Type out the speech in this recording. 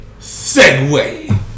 Segway